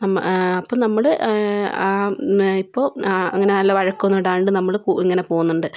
നമ്മ അപ്പോൾ നമ്മള് ഇപ്പോൾ അങ്ങനെ നല്ല വഴക്കൊന്നും ഇടാണ്ട് നമ്മള് ഇങ്ങനെ പോകുന്നുണ്ട്